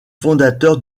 fondateur